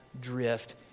drift